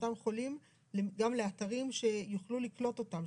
אותם חולים גם לאתרים שיוכלו לקלוט אותם,